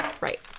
Right